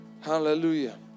hallelujah